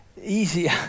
easier